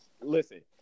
listen